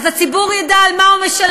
אז הציבור ידע על מה הוא משלם.